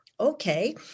Okay